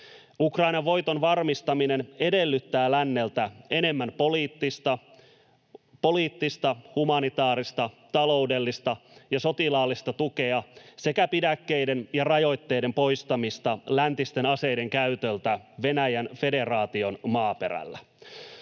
Ukrainan voiton varmistaminen edellyttää länneltä enemmän poliittista, humanitaarista, taloudellista ja sotilaallista tukea sekä pidäkkeiden ja rajoitteiden poistamista läntisten aseiden käytöltä Venäjän federaation maaperällä.